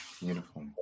Beautiful